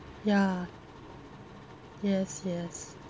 ya yes yes